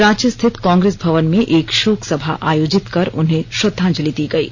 रांची स्थित कांग्रेस भवन में एक शोकसभा आयोजित कर उन्हें श्रद्धांजलि दी गयी